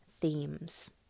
themes